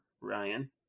Ryan